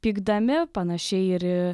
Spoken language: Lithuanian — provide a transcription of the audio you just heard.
pykdami panašiai ir į